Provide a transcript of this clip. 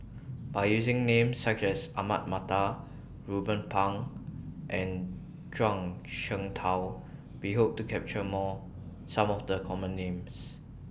By using Names such as Ahmad Mattar Ruben Pang and Zhuang Shengtao We Hope to capture More Some of The Common Names